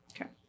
Okay